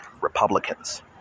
Republicans